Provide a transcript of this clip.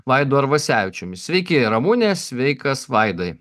vaidu arvasevičiumi sveiki ramune sveikas vaidai